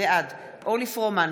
בעד אורלי פרומן,